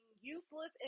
useless